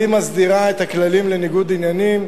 והיא מסדירה את הכללים לניגוד עניינים.